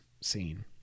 scene